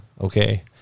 Okay